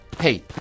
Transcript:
Hey